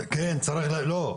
לא,